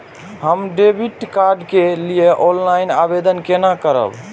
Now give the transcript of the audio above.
हम debit card के लिए ऑनलाइन आवेदन केना करब?